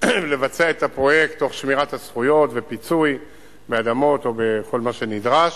לבצע את הפרויקט תוך שמירת הזכויות ופיצוי באדמות או בכל מה שנדרש.